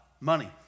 money